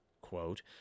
quote